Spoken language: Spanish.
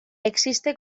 existe